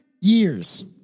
years